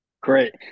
Great